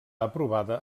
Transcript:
aprovada